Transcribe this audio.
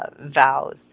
vows